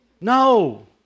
No